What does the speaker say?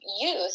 youth